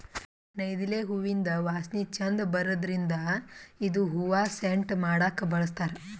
ನೈದಿಲೆ ಹೂವಿಂದ್ ವಾಸನಿ ಛಂದ್ ಬರದ್ರಿನ್ದ್ ಇದು ಹೂವಾ ಸೆಂಟ್ ಮಾಡಕ್ಕ್ ಬಳಸ್ತಾರ್